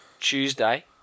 Tuesday